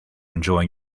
enjoying